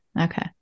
Okay